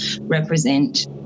represent